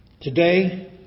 today